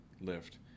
lift